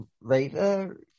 Raver